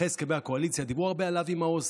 אחרי הסכמי הקואליציה דיברו הרבה על אבי מעוז,